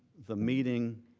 the meeting,